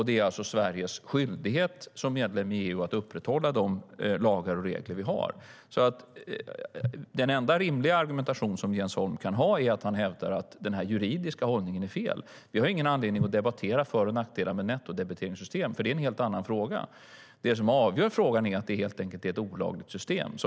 Det är Sveriges skyldighet som medlem i EU att upprätthålla de lagar och regler vi har. Den enda rimliga argumentation som Jens Holm kan ha är att man hävdar att den juridiska hållningen är fel. Vi har ingen anledning att debattera för och nackdelar med nettodebiteringssystem. Det är en helt annan fråga. Det som avgör frågan är att det helt enkelt är ett olagligt system.